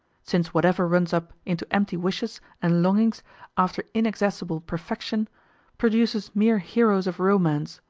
since whatever runs up into empty wishes and longings after inaccessible perfection produces mere heroes of romance,